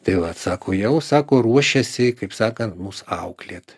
tai vat sako jau sako ruošėsi kaip sakant mus auklėt